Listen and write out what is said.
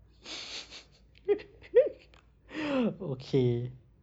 okay